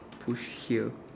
push here